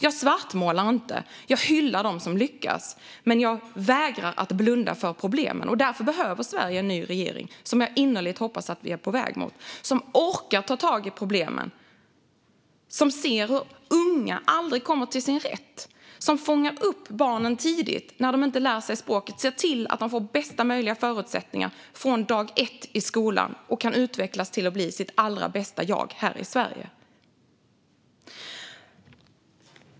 Jag svartmålar inte; jag hyllar dem som lyckas, men jag vägrar att blunda för problemen. Därför behöver Sverige en ny regering, vilket jag innerligt hoppas att vi är på väg mot. Jag hoppas på en regering som orkar ta tag i problemen, som ser de unga som aldrig kommer till sin rätt och som fångar upp barnen tidigt när de inte lär sig språket - en regering som ser till att de får bästa möjliga förutsättningar från dag ett i skolan och kan utvecklas till att bli sina allra bästa jag här i Sverige.